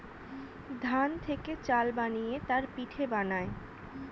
ধান থেকে চাল বানিয়ে তার পিঠে বানায়